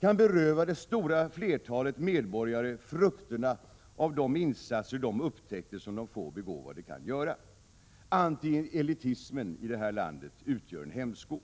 kan beröva det stora flertalet medborgare frukterna av de insatser och de upptäckter som de begåvade kan göra. Antielitismen i det här landet utgör en hämsko.